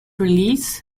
release